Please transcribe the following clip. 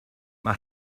mae